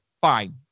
Fine